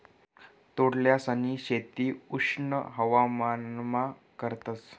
तोंडल्यांसनी शेती उष्ण हवामानमा करतस